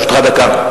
לרשותך דקה.